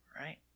Right